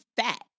fat